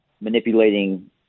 manipulating